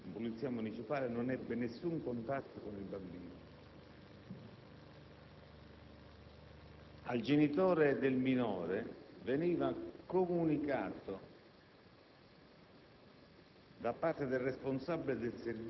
La stessa Polizia municipale non ebbe alcun contatto con il bambino. Al genitoredel minore veniva comunicato,